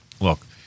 look